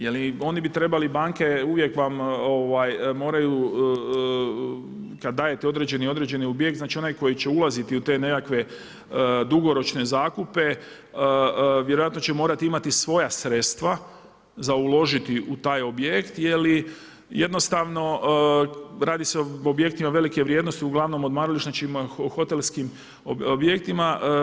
Jer oni bi trebale banke uvijek vam moraju kad dajete određeni objekt, znači onaj koji će ulaziti u te nekakve dugoročne zakupe, vjerojatno će morati imati svoja sredstva za uložiti u taj objekt jer jednostavno radi se o objektima velike vrijednosti, uglavnom odmaralištima, hotelskim objektima.